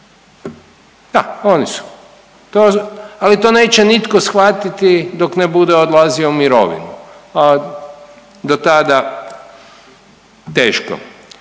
da oni su. Ali to neće nitko shvatiti dok ne bude odlazio u mirovinu, a do tada teško.